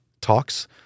talks